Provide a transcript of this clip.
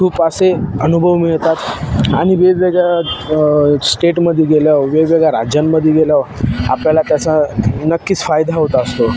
खूप असे अनुभव मिळतात आणि वेगवेगळ्या स्टेटमध्ये गेल्यावर वेगवेगळ्या राज्यांमध्ये गेल्यावर आपल्याला त्याचा नक्कीच फायदा होत असतो